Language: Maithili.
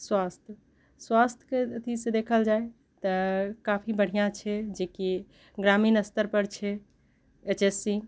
स्वास्थ स्वास्थ के अथी सँ देखल जाए तऽ काफी बढ़िऑं छै जेकी ग्रामीण स्तर पर छै एच एस सी